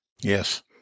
Yes